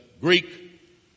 Greek